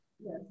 Yes